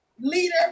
leader